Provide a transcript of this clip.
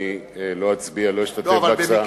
אני לא אצביע, לא אשתתף בהצבעה.